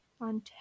on